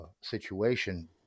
situation